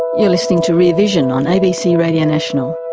you're listening to rear vision on abc radio national.